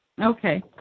Okay